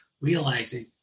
realizing